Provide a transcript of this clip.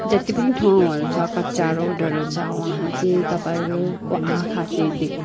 जतिपनि ठाउँहरू छ कच्चा रोडहरू छ वहाँ चाहिँ तपाईँहरूको आँखा चाहिँ देख